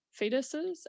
fetuses